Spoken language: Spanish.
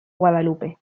guadalupe